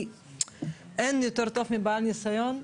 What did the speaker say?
כי אין יותר טוב מבעל ניסיון.